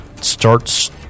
starts